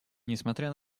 несмотря